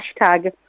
Hashtag